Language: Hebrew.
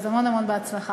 אז המון המון הצלחה.